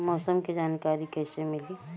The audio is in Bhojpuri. मौसम के जानकारी कैसे मिली?